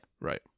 Right